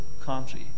country